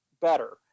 better